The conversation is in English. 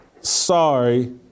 sorry